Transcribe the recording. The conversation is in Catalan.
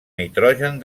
nitrogen